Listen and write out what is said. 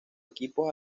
equipos